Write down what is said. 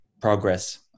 progress